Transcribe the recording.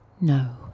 No